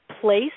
place